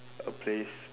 a place